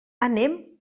anem